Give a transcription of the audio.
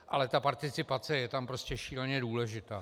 Ale ta participace je tam prostě šíleně důležitá.